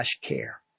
care